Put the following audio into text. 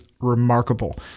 remarkable